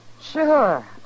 Sure